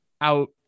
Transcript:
out